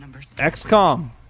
XCOM